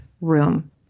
room